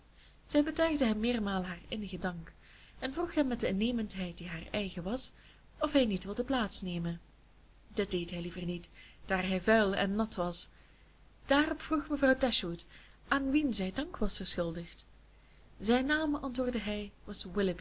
zij betuigde hem meermalen haar innigen dank en vroeg hem met de innemendheid die haar eigen was of hij niet wilde plaats nemen dit deed hij liever niet daar hij vuil en nat was daarop vroeg mevrouw dashwood aan wien zij dank was verschuldigd zijn naam antwoordde hij was